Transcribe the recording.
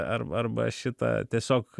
ar arba šitą tiesiog